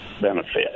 benefit